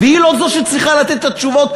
והיא לא זו שצריכה לתת את התשובות,